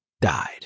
died